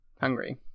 Hungry